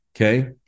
okay